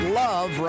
love